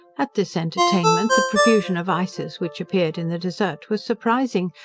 at this entertainment the profusion of ices which appeared in the desert was surprising,